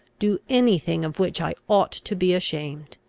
do any thing of which i ought to be ashamed.